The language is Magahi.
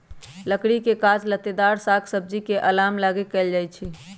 लकड़ी के काज लत्तेदार साग सब्जी के अलाम लागी कएल जाइ छइ